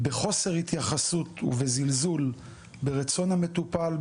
בחוסר התייחסות ובזלזול ברצון המטופל,